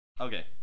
Okay